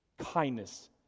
kindness